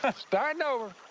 starting over.